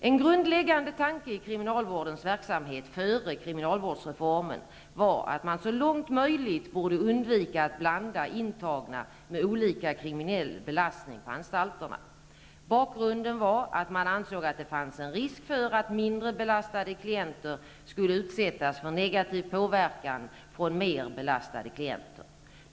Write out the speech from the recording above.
En grundläggande tanke i kriminalvårdens verksamhet före kriminalvårdsreformen var att man så långt möjligt borde undvika att blanda intagna med olika kriminell belastning på anstalterna. Bakgrunden var att man ansåg att det fanns en risk för att mindre belastade klienter skulle utsättas för negativ påverkan från mer belastade klienter.